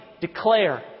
declare